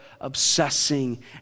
obsessing